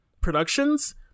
productions